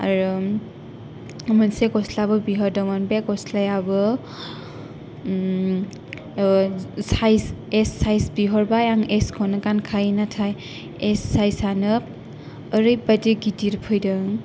आरो मोनसे गसलाबो बिहरदोंमोन बे गसलायाबो एस साइस बिहरबाय आङो एस खौनो गानखायो नाथाय एस साइस आनो ओरै बायदि गिदिर फैदों